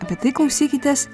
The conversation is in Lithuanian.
apie tai klausykitės